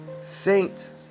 saint